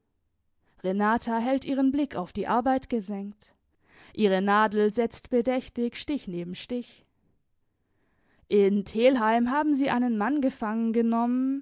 renata hält ihren blick auf die arbeit gesenkt ihre nadel setzt bedächtig stich neben stich in telheim haben sie einen mann gefangen genommen